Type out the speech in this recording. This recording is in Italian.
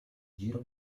giro